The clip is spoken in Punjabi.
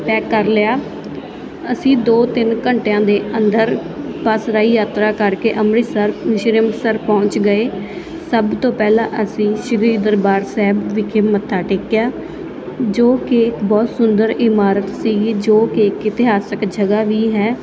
ਪੈਕ ਕਰ ਲਿਆ ਅਸੀਂ ਦੋ ਤਿੰਨ ਘੰਟਿਆਂ ਦੇ ਅੰਦਰ ਬਸ ਰਾਹੀ ਯਾਤਰਾ ਕਰਕੇ ਅੰਮ੍ਰਿਤਸਰ ਸ਼੍ਰੀ ਅੰਮ੍ਰਿਤਸਰ ਪਹੁੰਚ ਗਏ ਸਭ ਤੋਂ ਪਹਿਲਾਂ ਅਸੀਂ ਸ਼੍ਰੀ ਦਰਬਾਰ ਸਾਹਿਬ ਵਿਖੇ ਮੱਥਾ ਟੇਕਿਆ ਜੋ ਕਿ ਇੱਕ ਬਹੁਤ ਸੁੰਦਰ ਇਮਾਰਤ ਸੀਗੀ ਜੋ ਕਿ ਇੱਕ ਇਤਿਹਾਸਿਕ ਜਗ੍ਹਾ ਵੀ ਹੈ